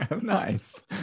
nice